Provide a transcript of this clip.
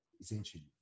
essentially